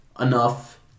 enough